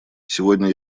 сегодня